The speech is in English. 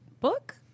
book